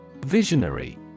Visionary